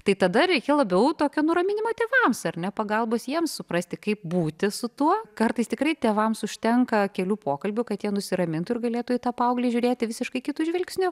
tai tada reikia labiau tokio nuraminimo tėvams ar ne pagalbos jiems suprasti kaip būti su tuo kartais tikrai tėvams užtenka kelių pokalbių kad jie nusiramintų ir galėtų į tą paauglį žiūrėti visiškai kitu žvilgsniu